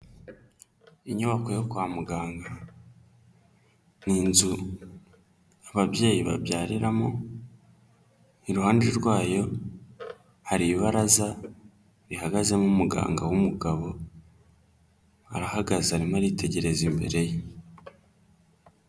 Inyubako yo kwa muganga n'inzu ababyeyi babyariramo, iruhande rwayo hari ibaraza rihagazemo umuganga w'umugabo, arahagaze arimo aritegereza imbere ye.